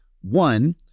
one